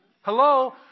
Hello